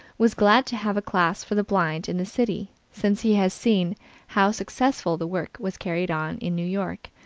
was glad to have a class for the blind in the city, since he has seen how successfully the work was carried on in new york,